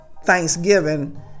Thanksgiving